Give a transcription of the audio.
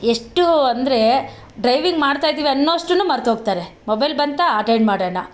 ಎಷ್ಟು ಅಂದರೆ ಡ್ರೈವಿಂಗ್ ಮಾಡ್ತಾಯಿದ್ದೀವಿ ಅನ್ನೋವಷ್ಟನ್ನು ಮರೆತೋಗ್ತಾರೆ ಮೊಬೈಲ್ ಬಂತಾ ಅಟೆಂಡ್ ಮಾಡೋಣ